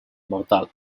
mortal